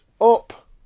up